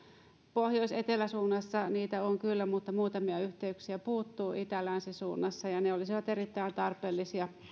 pohjois eteläsuunnassa niitä kyllä on mutta muutamia yhteyksiä puuttuu itä länsisuunnassa ja ne olisivat erittäin tarpeellisia